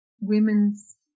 women's